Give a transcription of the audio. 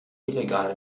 illegale